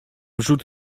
wrzód